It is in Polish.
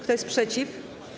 Kto jest przeciw?